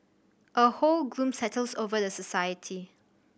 a whole gloom settles over the society